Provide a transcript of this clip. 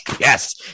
Yes